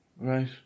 Right